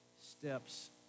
steps